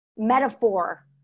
metaphor